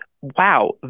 wow